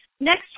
Next